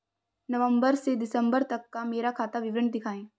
नवंबर से दिसंबर तक का मेरा खाता विवरण दिखाएं?